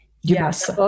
Yes